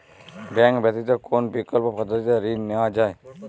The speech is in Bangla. ব্যাঙ্ক ব্যতিত কোন বিকল্প পদ্ধতিতে ঋণ নেওয়া যায়?